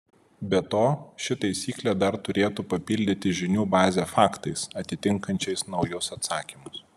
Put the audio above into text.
be to ši taisyklė dar turėtų papildyti žinių bazę faktais atitinkančiais naujus atsakymus